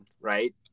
right